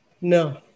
No